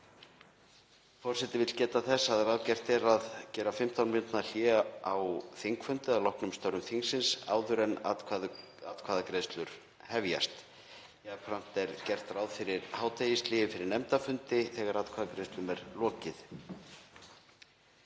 Forseti vill geta þess að ráðgert er að gera 15 mínútna hlé á þingfundi að loknum störfum þingsins áður en atkvæðagreiðslur hefjast. Jafnframt er gert ráð fyrir hádegishléi fyrir nefndafundi þegar atkvæðagreiðslum er lokið.